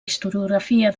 historiografia